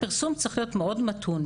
הפרסום צריך להיות מאוד מתון,